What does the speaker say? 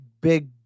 big